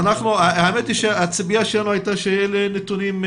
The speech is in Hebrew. האמת היא שהציפייה שלנו הייתה שיהיה את הנתונים,